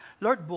Lord